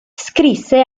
scrisse